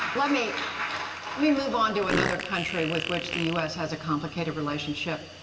let me let me move on to another country with which the u s. has a complicated relationship,